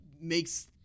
makes